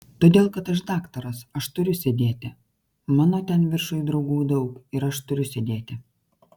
todėl kad aš daktaras aš turiu sėdėti mano ten viršuj draugų daug ir aš turiu sėdėti